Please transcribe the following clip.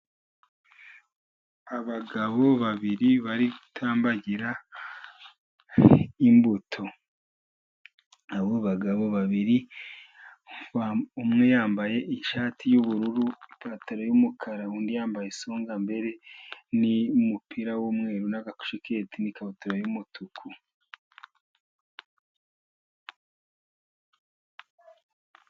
Abagabo babiri bari gutambagira imbuto. Abo bagabo babiri, umwe yambaye ishati y'ubururu, ipantaro y'umukara, undi yambaye songambere n'umupira w'umweru n'agatisheti, n'ikabutura y'umutuku.